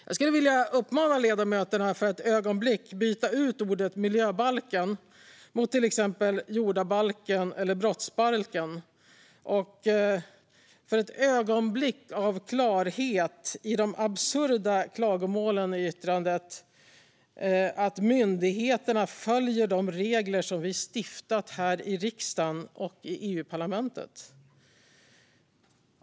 Jag skulle vilja uppmana ledamöterna att för ett ögonblick byta ut ordet miljöbalken mot till exempel jordabalken eller brottsbalken och för ett ögonblick av klarhet se de absurda klagomålen i yttrandet om att myndigheterna följer de regler som vi har beslutat om här i riksdagen och i EU-parlamentet.